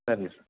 ಸರಿ ಸರ್